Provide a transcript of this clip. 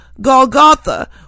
Golgotha